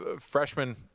freshman